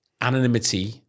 anonymity